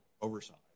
oversight